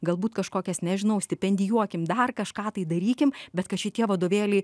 galbūt kažkokias nežinau stipendijuokim dar kažką tai darykim bet kad šitie vadovėliai